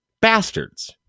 Bastards